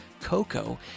coco